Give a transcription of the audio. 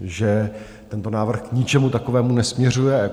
Že tento návrh k ničemu takovému nesměřuje.